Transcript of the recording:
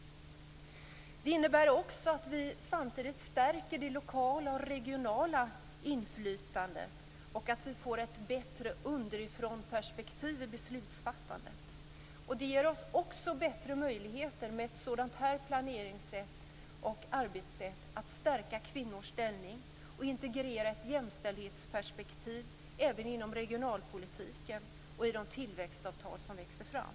Det innebär också att vi samtidigt stärker det lokala och regionala inflytandet och att vi får ett bättre underifrånperspektiv i beslutsfattandet. Ett sådant planeringssätt och arbetssätt ger oss också bättre möjlighet att stärka kvinnors ställning och integrera ett jämställdhetsperspektiv även inom regionalpolitiken och i de tillväxtavtal som växer fram.